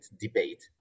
debate